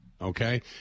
okay